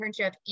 internship